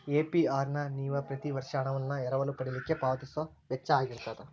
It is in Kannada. ಎ.ಪಿ.ಆರ್ ನ ನೇವ ಪ್ರತಿ ವರ್ಷ ಹಣವನ್ನ ಎರವಲ ಪಡಿಲಿಕ್ಕೆ ಪಾವತಿಸೊ ವೆಚ್ಚಾಅಗಿರ್ತದ